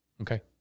okay